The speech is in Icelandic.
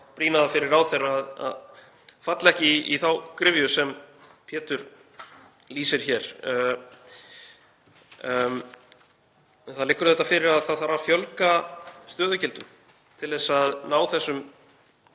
brýna það fyrir ráðherra að falla ekki í þá gryfju sem Pétur lýsir hér. Það liggur fyrir að það þarf að fjölga stöðugildum til að ná þessum